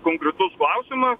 konkretus klausimas